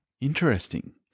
Interesting